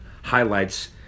highlights